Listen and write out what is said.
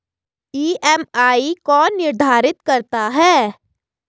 EMI कौन निर्धारित करता है?